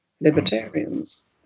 libertarians